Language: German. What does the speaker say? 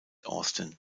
austin